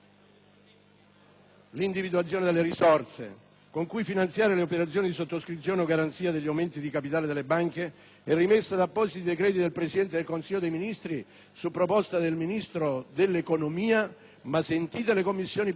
L'individuazione delle risorse con cui finanziare le operazioni di sottoscrizione o garanzia degli aumenti di capitale delle banche è rimessa ad appositi decreti del Presidente del Consiglio dei ministri, su proposta del Ministro dell'economia, ma sentite le Commissioni parlamentari.